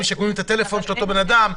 שמקבלים את הטלפון של אותו בן אדם,